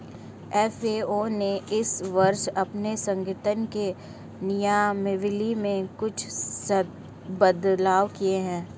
FAO ने इस वर्ष अपने संगठन के नियमावली में कुछ बदलाव किए हैं